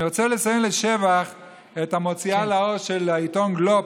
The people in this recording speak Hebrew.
אני רוצה לציין לשבח את המוציאה לאור של העיתון גלובס,